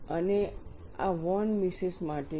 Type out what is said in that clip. અને આ von Mises માટે છે